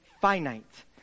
finite